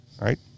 Right